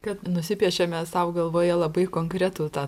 tad nusipiešiame sau galvoje labai konkretų tą